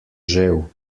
žel